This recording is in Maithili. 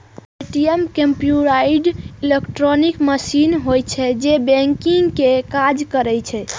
ए.टी.एम कंप्यूटराइज्ड इलेक्ट्रॉनिक मशीन होइ छै, जे बैंकिंग के काज करै छै